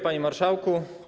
Panie Marszałku!